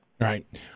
Right